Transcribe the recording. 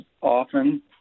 often